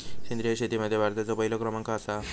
सेंद्रिय शेतीमध्ये भारताचो पहिलो क्रमांक आसा